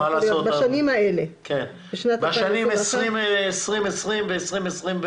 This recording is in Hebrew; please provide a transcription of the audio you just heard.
בשנים 2020 ו-2021.